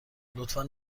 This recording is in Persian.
لطفا